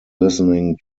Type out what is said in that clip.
listening